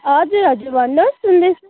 हजुर हजुर भन्नुहोस् सुन्दैछु